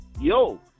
yo